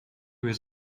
was